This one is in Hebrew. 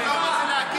עודד, זה לא מתאים לך.